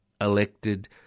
elected